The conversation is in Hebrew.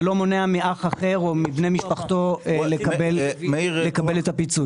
זה לא מונע מאח אחר או מבני משפחתו לקבל את הפיצוי.